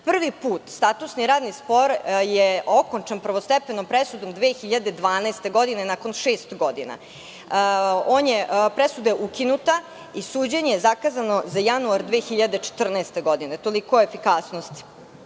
Prvi put statusni radni spor je okončan prvostepenom presudom 2012. godine, nakon šest godina. Presuda je ukinuta i suđenje je zakazano za januar 2014. godine. Toliko o efikasnosti.